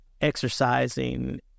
exercising